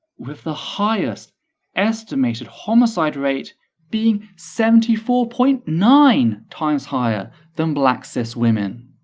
with the highest estimated homicide rate being seventy four point nine times higher than black cis women.